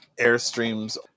Airstreams